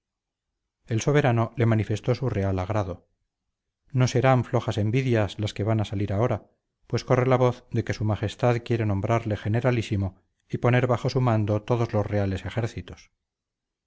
el soberano le manifestó su real agrado no serán flojas envidias las que van a salir ahora pues corre la voz de que s m quiere nombrarle generalísimo y poner bajo su mando todos los reales ejércitos